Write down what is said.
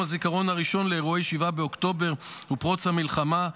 הזיכרון הראשון לאירועי 7 באוקטובר ופרוץ המלחמה.